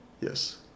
Yes